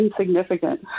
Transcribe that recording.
insignificant